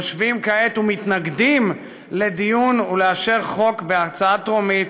יושבים כעת ומתנגדים לדיון ולאישור בטרומית